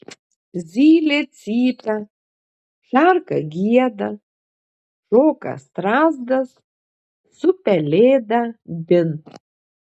zylė cypia šarka gieda šoka strazdas su pelėda bin